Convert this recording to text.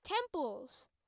temples